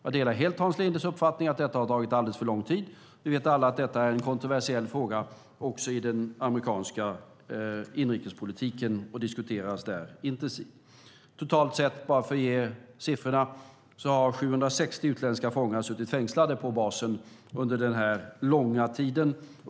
Jag delar helt Hans Lindes uppfattning att det tagit alldeles för lång tid. Vi vet alla att det är en kontroversiell fråga också i den amerikanska inrikespolitiken, och den diskuteras intensivt. Beträffande antalet kan jag nämna att totalt har 760 utländska fångar suttit fängslade på basen under den långa tiden.